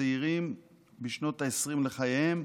צעירים בשנות העשרים לחייהם,